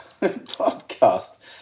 podcast